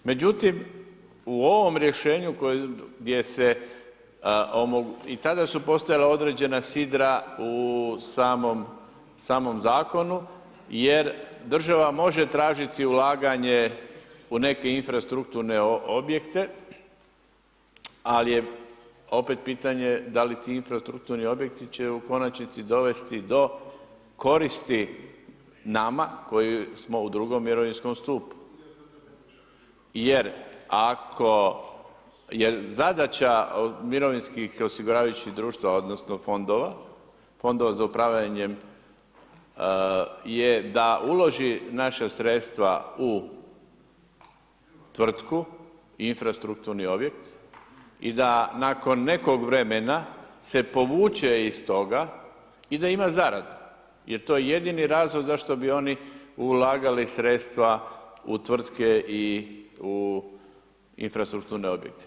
Međutim, u ovom rješenju gdje se, i tada su postojala određena sidra u samom Zakonu, jer država može tražiti ulaganje u neke infrastrukturne objekte, ali je opet pitanje da li ti infrastrukturni objekti će u konačni dovesti do koristi nama koji smo u drugom mirovinskom stupu, jer ako je zadaća mirovinskih osiguravajućih društava, odnosno fondova, fondova za upravljanjem je da uloži naša sredstva u tvrtku infrastrukturni objekt i da nakon nekog vremena se povuče iz toga i da ima zaradu jer to je jedini razlog zašto bi oni ulagali sredstva u tvrtke i u infrastrukturne objekte.